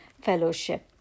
fellowship